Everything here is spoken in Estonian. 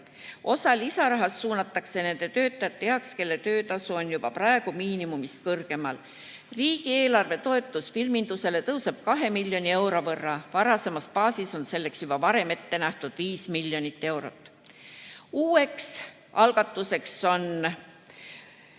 Osa lisarahast suunatakse nende töötajate heaks, kelle töötasu on juba praegu miinimumist kõrgem. Riigieelarve toetus filmindusele tõuseb 2 miljoni euro võrra. Varasemas baasis on selleks juba enne ette nähtud 5 miljonit eurot. Uus algatus on